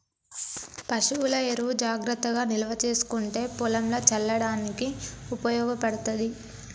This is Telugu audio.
పశువుల ఎరువు జాగ్రత్తగా నిల్వ చేసుకుంటే పొలంల చల్లడానికి ఉపయోగపడ్తది